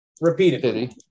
Repeatedly